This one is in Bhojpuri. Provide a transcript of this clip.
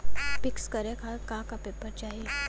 पिक्कस करे खातिर का का पेपर चाही?